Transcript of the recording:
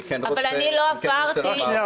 אבל אני לא עברתי --- אני כן רוצה לומר --- רק שנייה.